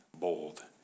bold